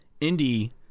Indy